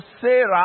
Sarah